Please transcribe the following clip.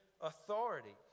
authority